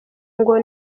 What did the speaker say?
ngo